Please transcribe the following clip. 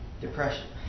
depression